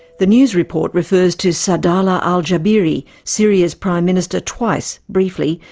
the news report refers to saadallah al-jabiri, syria's prime minister twice, briefly,